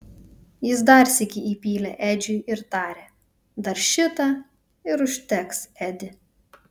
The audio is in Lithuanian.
jis dar sykį įpylė edžiui ir tarė dar šitą ir užteks edi